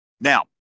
now